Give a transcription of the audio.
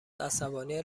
عصبانیت